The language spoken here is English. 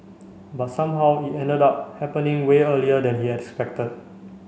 but somehow it ended up happening way earlier than he'd expected